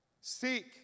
Seek